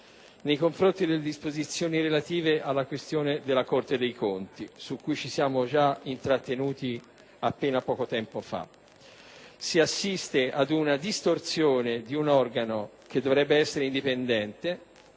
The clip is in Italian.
nei confronti delle disposizioni relative alla questione della Corte dei conti, su cui ci siamo intrattenuti appena poco tempo fa. Si assiste ad una distorsione di un organo che dovrebbe essere indipendente;